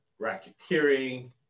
racketeering